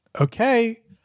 Okay